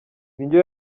indyo